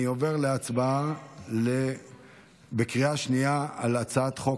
אני עובר להצבעה בקריאה שנייה על הצעת חוק